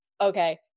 okay